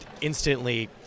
instantly